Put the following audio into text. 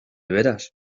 veras